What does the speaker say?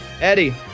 Eddie